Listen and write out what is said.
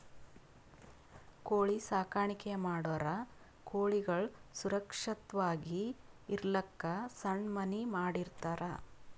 ಕೋಳಿ ಸಾಕಾಣಿಕೆ ಮಾಡೋರ್ ಕೋಳಿಗಳ್ ಸುರಕ್ಷತ್ವಾಗಿ ಇರಲಕ್ಕ್ ಸಣ್ಣ್ ಮನಿ ಮಾಡಿರ್ತರ್